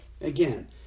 Again